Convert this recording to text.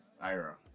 Ira